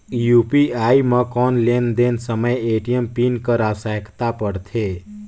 UPI म कौन लेन देन समय ए.टी.एम पिन कर आवश्यकता पड़थे?